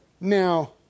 Now